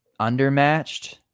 undermatched